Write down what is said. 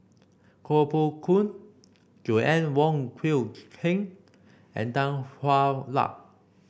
Koh Poh Koon Joanna Wong Quee Heng and Tan Hwa Luck